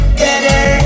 better